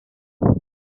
thirsk